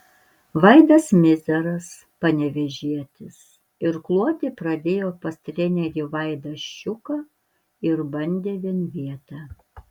vaidas mizeras panevėžietis irkluoti pradėjo pas trenerį vaidą ščiuką ir bandė vienvietę